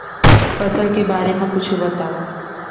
फसल के बारे मा कुछु बतावव